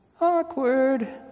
Awkward